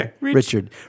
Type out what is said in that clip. Richard